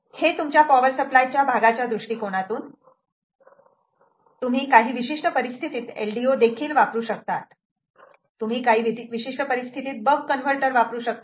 हे तुमच्या power supply च्या भागाच्या दृष्टिकोनातून तुम्ही काही विशिष्ट परिस्थितीत LDO देखील वापरू शकतात तुम्ही काही विशिष्ट परिस्थितीत बक कन्वर्टर वापरू शकतात